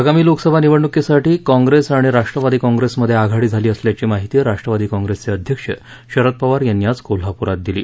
आगामी लोकसभा निवडणूकीसाठी काँप्रेस आणि राष्ट्रवादी काँप्रेसमध्ये आघाडी झाली असल्याची माहिती राष्ट्रवादी काँप्रेसचे अध्यक्ष शरद पवार यांनी आज कोल्हापूरात दिली